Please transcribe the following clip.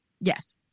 Yes